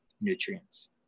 nutrients